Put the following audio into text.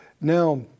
Now